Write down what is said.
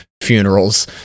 funerals